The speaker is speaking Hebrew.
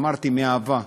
אמרתי: מאהבה,